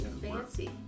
Fancy